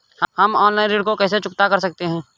हम ऑनलाइन ऋण को कैसे चुकता कर सकते हैं?